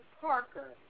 Parker